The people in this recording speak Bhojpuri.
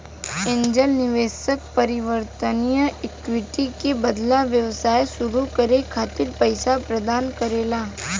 एंजेल निवेशक परिवर्तनीय इक्विटी के बदला व्यवसाय सुरू करे खातिर पईसा प्रदान करेला